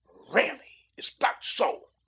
really! is that so?